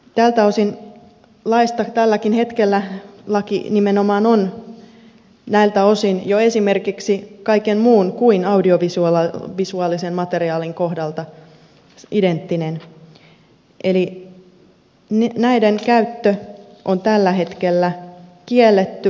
tältä osin tälläkin hetkellä laki nimenomaan on jo esimerkiksi kaiken muun kuin audiovisuaalisen materiaalin kohdalta identtinen eli näiden käyttö on tällä hetkellä kielletty